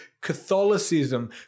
Catholicism